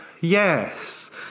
Yes